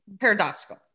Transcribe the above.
paradoxical